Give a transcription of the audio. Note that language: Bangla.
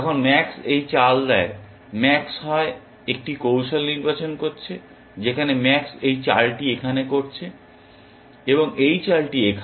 যখন ম্যাক্স এই চাল দেয় ম্যাক্স হয় একটি কৌশল নির্বাচন করছে যেখানে ম্যাক্স এই চালটি এখানে করছে এবং এই চালটি এখানে